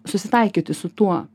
susitaikyti su tuo